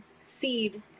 seed